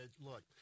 look